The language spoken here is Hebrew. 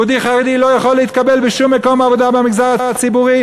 יהודי חרדי לא יכול להתקבל בשום מקום עבודה במגזר הציבורי